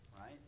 right